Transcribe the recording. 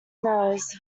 knows